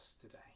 today